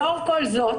לאור כל זאת,